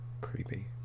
creepy